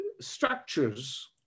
structures